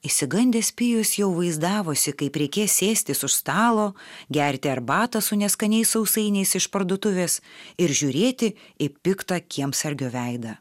išsigandęs pijus jau vaizdavosi kaip reikės sėstis už stalo gerti arbatą su neskaniais sausainiais iš parduotuvės ir žiūrėti į piktą kiemsargio veidą